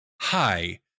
Hi